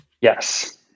Yes